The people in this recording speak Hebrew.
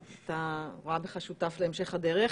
אני רואה בך שותף להמשך הדרך.